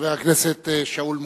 חבר הכנסת שאול מופז,